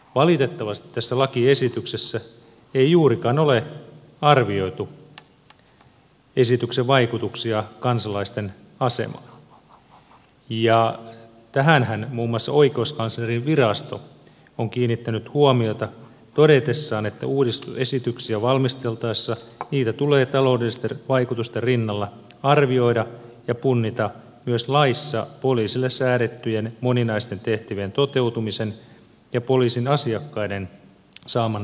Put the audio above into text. valitettavasti tässä lakiesityksessä ei juurikaan ole arvioitu esityksen vaikutuksia kansalaisten asemaan ja tähänhän muun muassa oikeuskanslerinvirasto on kiinnittänyt huomiota todetessaan että esityksiä valmisteltaessa niitä tulee taloudellisten vaikutusten rinnalla arvioida ja punnita myös laissa poliisille säädettyjen moninaisten tehtävien toteutumisen ja poliisin asiakkaiden saaman palvelutoiminnan kannalta